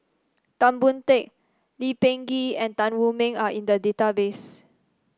Tan Boon Teik Lee Peh Gee and Tan Wu Meng are in the database